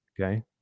Okay